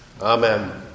Amen